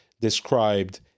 described